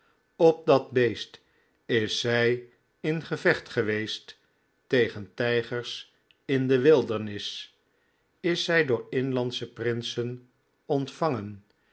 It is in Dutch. op dat beest is zij in gevecht geweest tegen tijgers in de wildernis is zij door inlandsche prinsen ontvangen